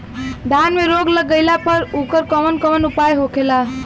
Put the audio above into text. धान में रोग लग गईला पर उकर कवन कवन उपाय होखेला?